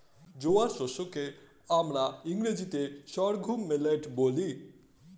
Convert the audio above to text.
জোয়ার শস্য কে আমরা ইংরেজিতে সর্ঘুম মিলেট বলি